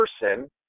person